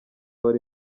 wari